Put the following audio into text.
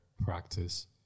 practice